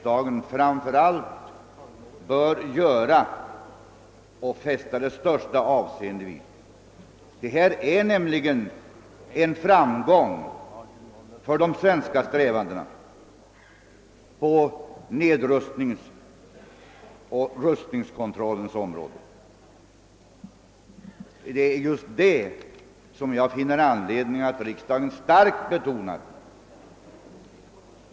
Detta är en framgång för de svenska strävandena på nedrustningens och rustningskontrollens område. Det är just det som jag finner anledning att riksdagen starkt betonar.